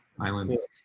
islands